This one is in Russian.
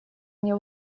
мне